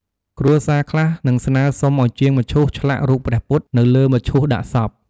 គ្រួសារខ្លះនឹងស្នើសុំឲ្យជាងមឈូសឆ្លាក់រូបព្រះពុទ្ធ នៅលើមឈូសដាក់សព។